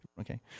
Okay